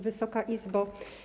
Wysoka Izbo!